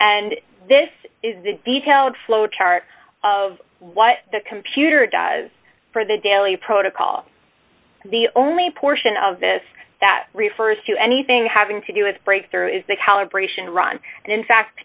and this is the detail of flow chart of what the computer does for the daily protocol the only portion of this that refers to anything having to do with breakthrough is the calibration run and in fact